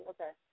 Okay